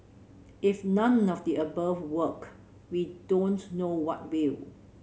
if none of the above work we don't know what will